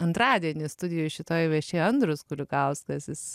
antradienį studijoj šitoj viešėjo andrius kulikauskas jis